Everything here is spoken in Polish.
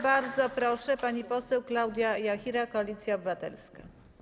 Bardzo proszę, pani poseł Klaudia Jachira, Koalicja Obywatelska.